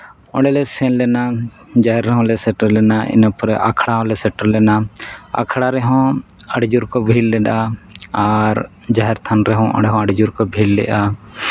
ᱚᱸᱰᱮᱞᱮ ᱥᱮᱱ ᱞᱮᱱᱟ ᱡᱟᱦᱮᱨ ᱨᱮᱦᱚᱸ ᱞᱮ ᱥᱮᱴᱮᱨ ᱞᱮᱱᱟ ᱤᱱᱟᱹᱯᱚᱨᱮ ᱟᱠᱷᱲᱟ ᱨᱮᱞᱮ ᱥᱮᱴᱮᱨ ᱞᱮᱱᱟ ᱟᱠᱷᱲᱟ ᱨᱮᱦᱚᱸ ᱟᱹᱰᱤ ᱡᱳᱨ ᱠᱚ ᱵᱷᱤᱲ ᱞᱮᱱᱟ ᱟᱨ ᱡᱟᱦᱮᱨ ᱛᱷᱟᱱ ᱨᱮᱦᱚᱸ ᱚᱸᱰᱮ ᱦᱚᱸ ᱟᱹᱰᱤ ᱡᱳᱨ ᱠᱚ ᱵᱷᱤᱲ ᱞᱮᱫᱼᱟ